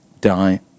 die